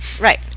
Right